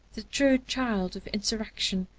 the true child of insurrection,